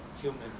human